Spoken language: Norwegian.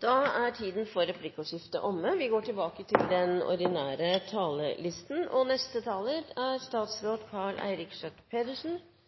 Replikkordskiftet er omme. Finanskrisen herjer Europa. Det er ikke bare banker og stater som rammes, men vanlige mennesker. Massearbeidsledigheten har kommet tilbake. 25 millioner er